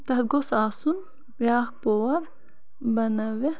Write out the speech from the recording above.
تتھ گوٚژھ آسُن بیاکھ پوٚہَر بَنٲوِتھ